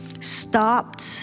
stopped